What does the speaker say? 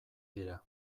dira